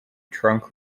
trunk